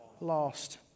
lost